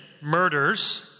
murders